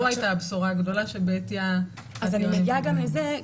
זו הייתה הבשורה הגדולה שבעטיה --- אז אני מגיעה גם לזה.